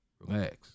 relax